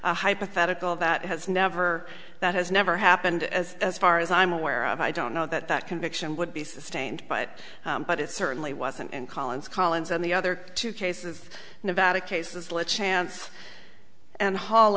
a hypothetical that has never that has never happened as far as i'm aware of i don't know that that conviction would be sustained by it but it certainly wasn't and collins collins and the other two cases nevada cases let chance and hall